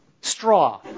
Straw